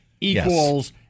equals